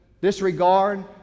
disregard